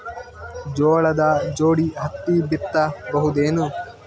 ಜೋಳದ ಜೋಡಿ ಹತ್ತಿ ಬಿತ್ತ ಬಹುದೇನು?